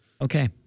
Okay